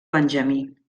benjamí